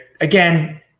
again